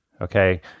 Okay